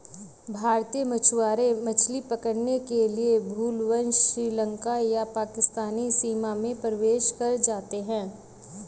भारतीय मछुआरे मछली पकड़ने के लिए भूलवश श्रीलंका या पाकिस्तानी सीमा में प्रवेश कर जाते हैं